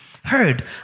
Heard